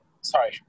Sorry